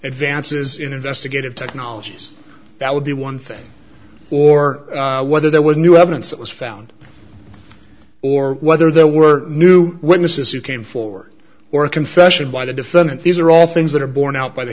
advances in investigative technologies that would be one thing or whether there was new evidence that was found or whether there were new witnesses who came forward or a confession by the defendant these are all things that are borne out by the